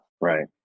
Right